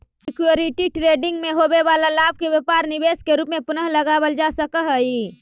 security trading में होवे वाला लाभ के व्यापारिक निवेश के रूप में पुनः लगावल जा सकऽ हई